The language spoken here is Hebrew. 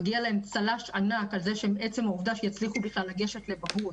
מגיע להם צל"ש ענק על זה שעצם העובדה הם הצליחו בכלל לגשת לבגרות,